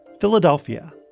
Philadelphia